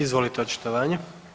Izvolite očitovanje.